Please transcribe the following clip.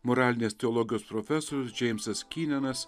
moralinės teologijos profesorius džeimsas kynenas